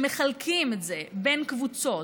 כשמחלקים את זה בין קבוצות,